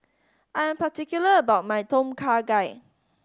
I am particular about my Tom Kha Gai